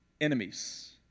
enemies